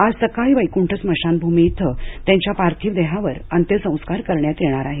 आज सकाळी वैक्ठ स्मशानभूमी इथं त्यांच्या पार्थिव देहावर अंत्यसंस्कार करण्यात येणार आहेत